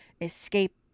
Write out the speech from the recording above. escape